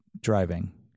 driving